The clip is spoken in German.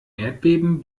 erdbeben